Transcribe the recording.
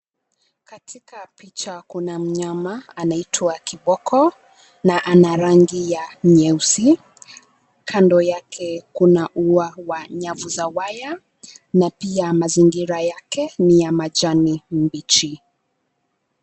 Katika picha kuna mnyama anaitwa kiboko na ana rangi ya nyeusi. Kando yake kuna ua wa nyavu za waya na pia mazingira yake ni ya majani mbichi.